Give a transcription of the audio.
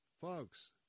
folks